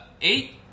eight